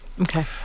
Okay